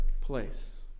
place